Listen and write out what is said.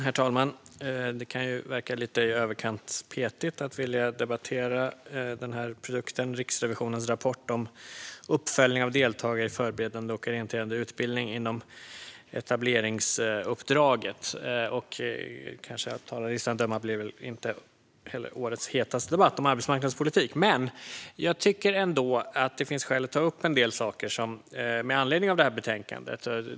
Herr talman! Det kan ju verka lite i överkant petigt att vilja debattera denna produkt, Riksrevisionens rapport om uppföljning av deltagare i Förberedande och orienterande utbildning inom etableringsuppdraget . Av talarlistan att döma blir detta kanske inte heller årets hetaste debatt om arbetsmarknadspolitik. Men jag tycker ändå att det finns skäl att ta upp en del saker med anledning av detta betänkande.